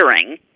hearing